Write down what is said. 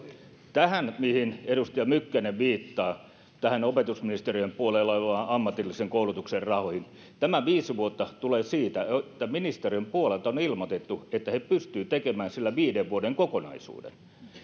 kun edustaja mykkänen viittaa näihin opetusministeriön puolella oleviin ammatillisen koulutuksen rahoihin tämä viisi vuotta tulee siitä että ministeriön puolelta on on ilmoitettu että he pystyvät tekemään sillä viiden vuoden kokonaisuuden